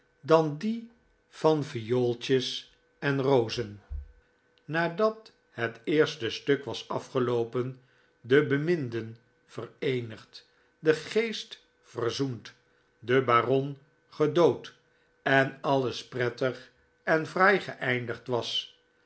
dan die van viooltjes en rozen nadat het eerste stuk was afgeloopen de beminden vereenigd de geest verzoend de baron gedood en alles prettig en fraai gesindigd was